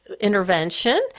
intervention